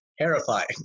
terrifying